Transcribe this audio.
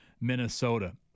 Minnesota